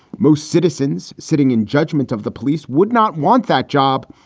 most citizens sitting in judgment of the police would not want that job,